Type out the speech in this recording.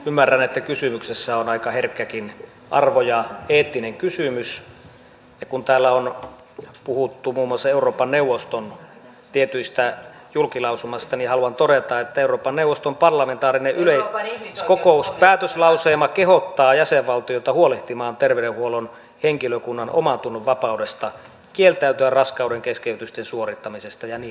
ymmärrän että kysymyksessä on aika herkkäkin arvo ja eettinen kysymys ja kun täällä on puhuttu muun muassa euroopan neuvoston tietystä julkilausumasta niin haluan todeta että euroopan neuvoston parlamentaarisen yleiskokouksen päätöslauselma kehottaa jäsenvaltioita huolehtimaan terveydenhuollon henkilökunnan omantunnonvapaudesta kieltäytyä raskaudenkeskeytysten suorittamisesta ja niin edelleen